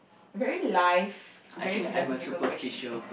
very life very philosophical question